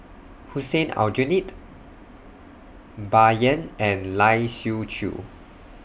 Hussein Aljunied Bai Yan and Lai Siu Chiu